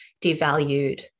devalued